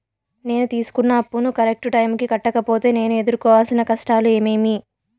నేను తీసుకున్న అప్పును కరెక్టు టైముకి కట్టకపోతే నేను ఎదురుకోవాల్సిన కష్టాలు ఏమీమి?